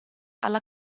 alla